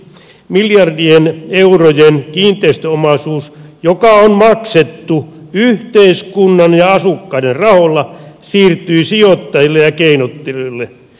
miljardien eurojen kiinteistöomaisuus joka on maksettu yhteiskunnan ja asukkaiden rahoilla siirtyy sijoittajille ja keinottelijoille